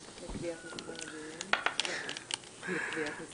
אני פותח את הישיבה בעקבות פנייה של יו"ר הכנסת,